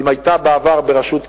אם היתה בעבר בראשות קדימה,